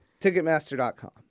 Ticketmaster.com